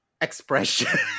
expression